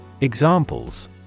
Examples